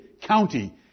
county